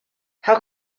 how